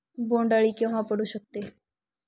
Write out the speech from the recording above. बोंड अळी केव्हा पडू शकते?